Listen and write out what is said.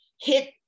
hit